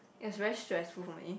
is very stressful for me